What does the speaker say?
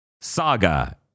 Saga